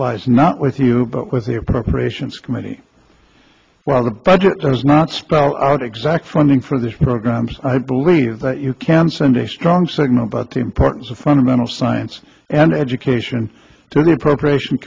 lies not with you but with the appropriations committee well the budget does not spell out exact funding for these programs i believe you can send a strong signal about the importance of fundamental science and education to the appropriation